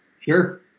Sure